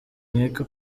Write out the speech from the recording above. nkeka